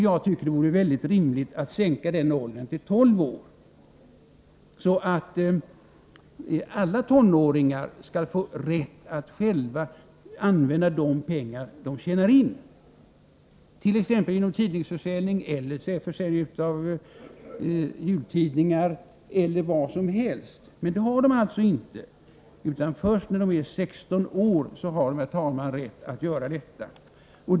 Jag tycker att det vore rimligt att sänka den åldern till 12 år, så att alla tonåringar får rätt att själva använda de pengar de tjänar in, t.ex. genom tidningsförsäljning och annat. Den rätten har de inte, utan den får de först när de är 16 år.